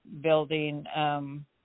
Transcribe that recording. building